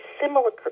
similar